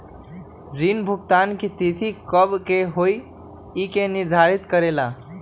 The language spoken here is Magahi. ऋण भुगतान की तिथि कव के होई इ के निर्धारित करेला?